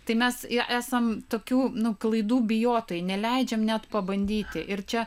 tai mes e esam tokių nu klaidų bijotojai neleidžiam net pabandyti ir čia